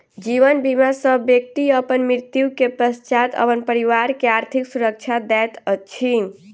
जीवन बीमा सॅ व्यक्ति अपन मृत्यु के पश्चात अपन परिवार के आर्थिक सुरक्षा दैत अछि